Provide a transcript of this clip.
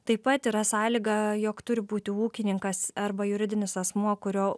taip pat yra sąlyga jog turi būti ūkininkas arba juridinis asmuo kurio